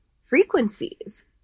frequencies